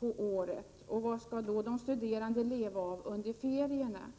om året, och vad skall då de 2 Prot. 1987/88:128 studerande leva av under ferierna?